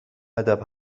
ادب